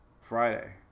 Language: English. Friday